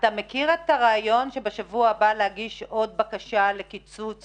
אתה מכיר את הרעיון שבשבוע הבא תוגש עוד בקשה לקיצוץ